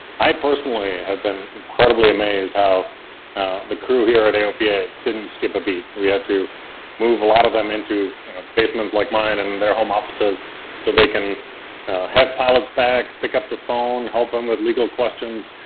i personally have been incredibly amazed how the crew here at aopa didn't skip a beat. we had to move a lot of them into basements like mine and their home offices so they can have pilots back, pick up the phone, help them with legal questions,